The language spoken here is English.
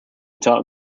taught